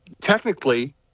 technically